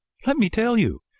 let me tell you.